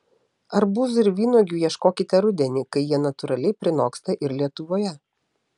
arbūzų ir vynuogių ieškokite rudenį kai jie natūraliai prinoksta ir lietuvoje